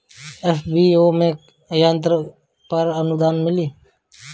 FPO में यंत्र पर आनुदान मिँली?